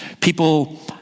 People